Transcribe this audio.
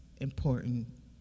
important